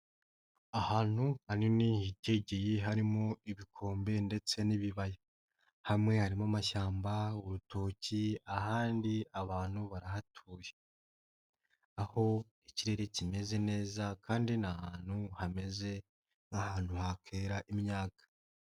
Ahantu hanini hitegiye harimo ibikombe ndetse n'ibibaya. Hamwe harimo amashyamba, urutoki, ahandi abantu barahatuye. Aho ikirere kimeze neza kandi ni ahantu hameze nk'ahantu hakera imyaka.